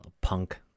Punk